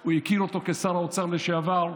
הוא הכיר אותו כשר האוצר לשעבר.